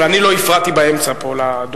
אבל אני לא הפרעתי באמצע פה לדוברים.